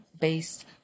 based